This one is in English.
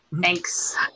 Thanks